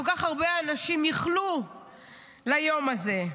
כל כך הרבה אנשים ייחלו ליום הזה.